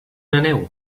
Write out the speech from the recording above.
aneu